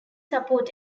support